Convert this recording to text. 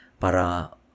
para